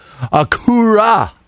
Akura